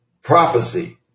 Prophecy